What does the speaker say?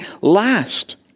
last